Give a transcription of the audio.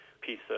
piece